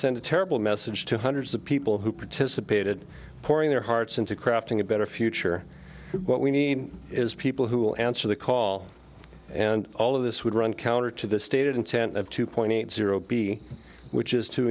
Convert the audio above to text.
send a terrible message to hundreds of people who participated pouring their hearts into crafting a better future what we need is people who will answer the call and all of this would run counter to the stated intent of two point zero b which